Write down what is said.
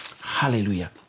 Hallelujah